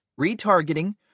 retargeting